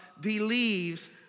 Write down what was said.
believes